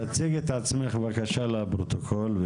תציגי את עצמך בבקשה לפרוטוקול.